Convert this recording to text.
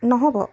নহ'ব